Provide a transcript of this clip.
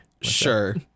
Sure